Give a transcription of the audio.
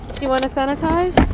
do you want to sanitize?